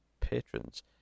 patrons